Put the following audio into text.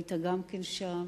היית שם,